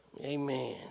Amen